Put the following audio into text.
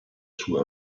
sua